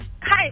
Hi